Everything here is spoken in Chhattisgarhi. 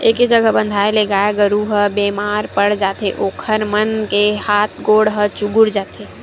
एके जघा बंधाए ले गाय गरू ह बेमार पड़ जाथे ओखर मन के हात गोड़ ह चुगुर जाथे